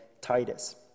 Titus